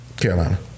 Carolina